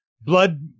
blood